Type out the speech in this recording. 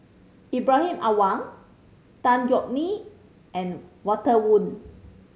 Lbrahim Awang Tan Yeok Nee and Walter Woon